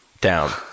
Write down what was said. down